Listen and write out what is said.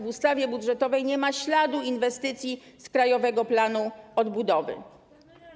W ustawie budżetowej nie ma śladu inwestycji z Krajowego Planu Odbudowy.